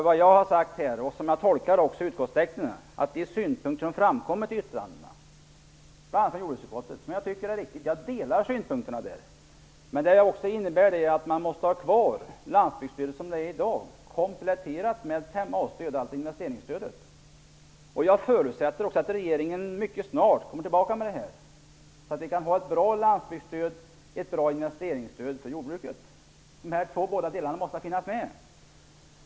Vad jag har sagt här, och som också sägs i utskottstexten såsom jag tolkar den, är att de synpunkter som har framkommit i yttrandena från bl.a. jordbruksutskottet - och detta tycker jag är riktigt, jag delar de synpunkter som förs fram där - går ut på att man måste ha kvar landsbygdsstödet såsom detta ser ut i dag, kompletterat med 5a-stödet, dvs. investeringsstödet. Jag förutsätter också att regeringen mycket snart kommer tillbaka till riksdagen i den här frågan, så att vi kan ha ett bra landsbygdsstöd och ett bra investeringsstöd för jordbruket. De här båda delarna måste finnas med.